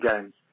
games